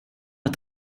att